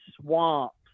swamps